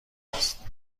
است